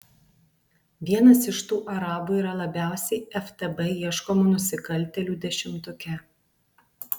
vienas iš tų arabų yra labiausiai ftb ieškomų nusikaltėlių dešimtuke